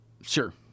Sure